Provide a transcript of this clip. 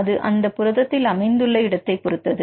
அது அந்த புரதத்தில் அமைந்துள்ள இடத்தைப் பொறுத்தது